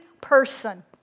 person